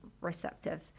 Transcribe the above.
receptive